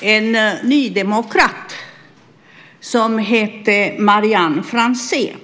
en nydemokrat som hette Vivianne Franzén?